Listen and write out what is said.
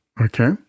Okay